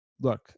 look